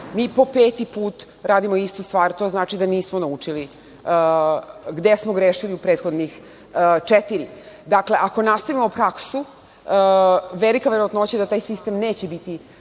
Mi po peti put radimo istu stvar, to znači da nismo naučili gde smo grešili u prethodne četiri. Dakle, ako nastavimo praksu, velika je verovatnoća da taj sistem neće biti